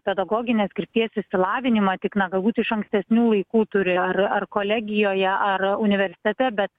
pedagoginės krypties išsilavinimą tik na galbūt iš ankstesnių laikų turi ar ar kolegijoje ar universitete bet